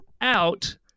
out